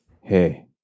hey